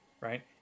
right